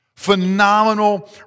phenomenal